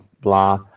blah